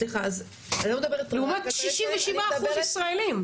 לעומת 67 אחוז ישראלים.